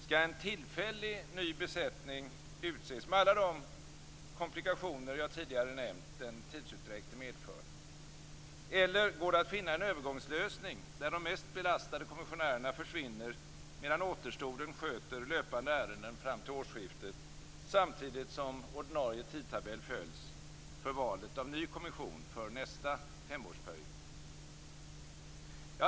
Skall en tillfällig ny besättning utses med alla de komplikationer jag tidigare nämnt och den tidsutdräkt som detta medför? Eller går det att finna en övergångslösning, där de mest belastade kommissionärerna försvinner, medan återstoden sköter löpande ärenden fram till årsskiftet, samtidigt som ordinarie tidtabell följs för valet av en ny kommission för nästa femårsperiod?